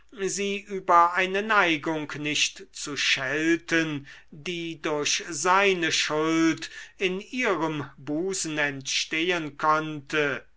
sie über eine neigung nicht zu schelten die durch seine schuld in ihrem busen entstehen konnte